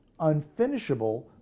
unfinishable